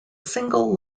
single